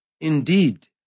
Indeed